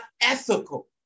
ethical